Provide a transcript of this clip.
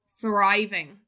thriving